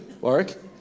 Warwick